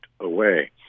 away